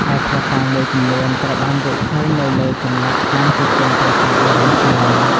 ឯភស្តុតាងមួយចំនួនត្រូវបានរកឃើញនៅលើចម្លាក់តាមជញ្ជាំងប្រាសាទបុរាណខ្មែរ ។